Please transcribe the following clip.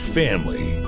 family